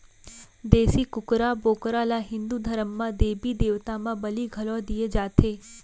देसी कुकरा, बोकरा ल हिंदू धरम म देबी देवता म बली घलौ दिये जाथे